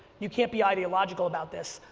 you can't be ideological about this.